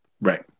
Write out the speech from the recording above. Right